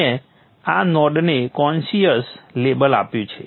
મેં આ નોડને કોન્સિયસ લેબલ આપ્યું છે